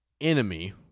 enemy